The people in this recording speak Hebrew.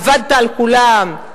עבדת על כולם.